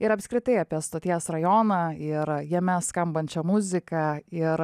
ir apskritai apie stoties rajoną ir jame skambančią muziką ir